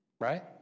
Right